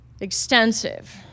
extensive